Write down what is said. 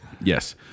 Yes